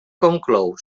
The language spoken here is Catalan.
conclou